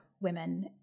women